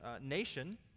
nation